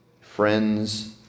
friends